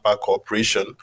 cooperation